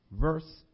verse